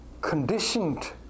conditioned